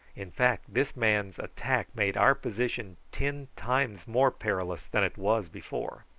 in fact this man's attack made our position ten times more perilous than it was before.